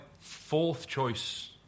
fourth-choice